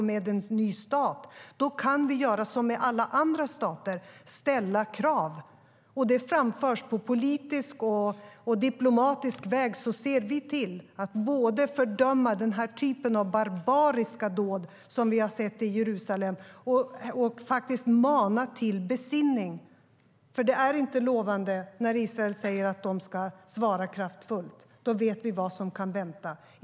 Med en ny stat kan vi göra som med alla andra stater: ställa krav. Det framförs på politisk och diplomatisk väg. Vi ser till att både fördöma den typ av barbariska dåd vi har sett i Jerusalem och mana till besinning. Det är inte lovande när Israel säger att de ska svara kraftfullt. Då vet vi vad som kan vänta.